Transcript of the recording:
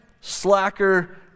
slacker